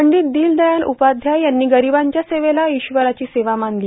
पंडीत दिनदयाल उपाध्याय यांनी गरीबांच्या सेवेला इश्वराची सेवा मानली